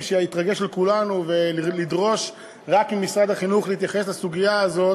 שהתרגש על כולנו ולדרוש רק ממשרד החינוך להתייחס לסוגיה הזאת,